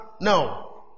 No